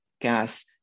gas